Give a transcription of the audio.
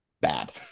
bad